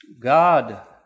God